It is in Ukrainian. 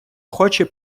хоче